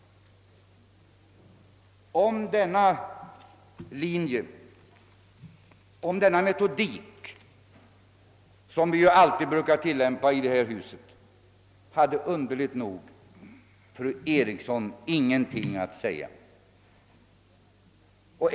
Den metodik som vi alltid brukar tilllämpa i detta hus hade underligt nog fru Eriksson i Stockholm ingenting att anföra emot.